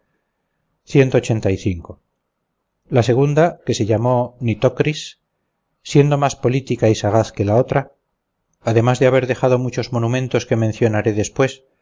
campos la segunda que se llamó nitocris siendo más política y sagaz que la otra además de haber dejado muchos monumentos que mencionaré después